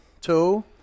two